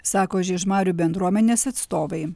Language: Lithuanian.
sako žiežmarių bendruomenės atstovai